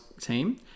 team